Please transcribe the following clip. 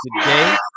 today